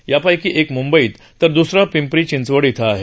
यापैकी एक म्ंबईत तर द्सरा पिंपरी चिंचवड इथं आहे